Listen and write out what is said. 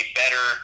better